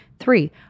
Three